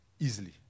Easily